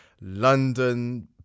London